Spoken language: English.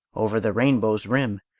over the rainbow's rim,